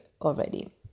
already